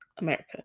America